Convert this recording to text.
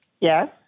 Yes